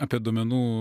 apie duomenų